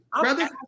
Brother